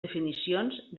definicions